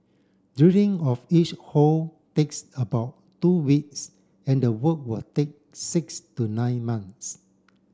drilling of each hole takes about two weeks and the work will take six to nine months